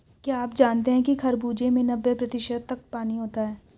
क्या आप जानते हैं कि खरबूजे में नब्बे प्रतिशत तक पानी होता है